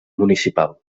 municipal